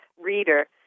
reader